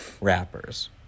rappers